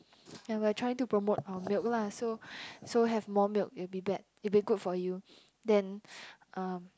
and we're trying to promote our milk lah so so have more milk it will be bad it be good for you then um